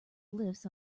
glyphs